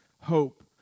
hope